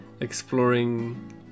exploring